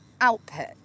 output